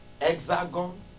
hexagon